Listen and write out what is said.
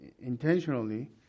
intentionally